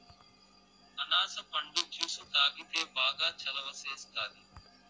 అనాస పండు జ్యుసు తాగితే బాగా సలవ సేస్తాది